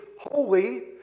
holy